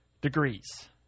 degrees